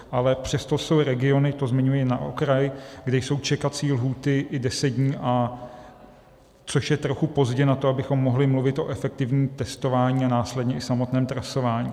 Ale přesto jsou regiony, to zmiňuji na okraj, kde jsou čekací lhůty i 10 dní, což je trochu pozdě na to, abychom mohli mluvit o efektivním testování a následně i samotném trasování.